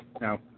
now